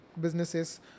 businesses